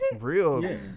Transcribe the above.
Real